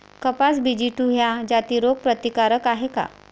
कपास BG two ह्या जाती रोग प्रतिकारक हाये का?